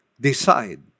decide